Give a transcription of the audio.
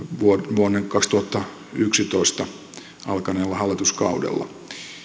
vuonna kaksituhattayksitoista alkaneella hallituskaudella